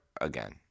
again